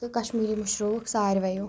تہٕ کشمیٖری مٔشرووُکھ سارویو